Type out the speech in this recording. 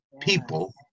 people